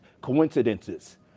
coincidences